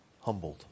humbled